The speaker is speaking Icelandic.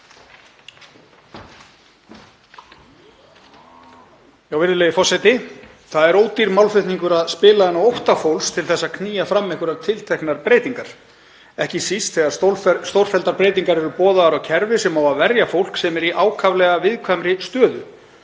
Virðulegi forseti. Það er ódýr málflutningur að spila inn á ótta fólks til að knýja fram einhverjar tilteknar breytingar, ekki síst þegar stórfelldar breytingar eru boðaðar á kerfi sem á að verja fólk sem er í ákaflega viðkvæmri stöðu.